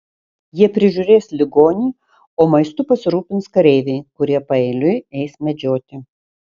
jie prižiūrės ligonį o maistu pasirūpins kareiviai kurie paeiliui eis medžioti